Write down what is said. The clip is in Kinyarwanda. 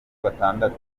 batandatu